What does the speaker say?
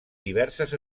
diverses